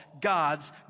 God's